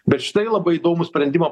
bet štai labai įdomų sprendimą